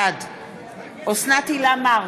בעד אוסנת הילה מארק,